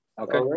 Okay